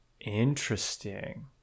Interesting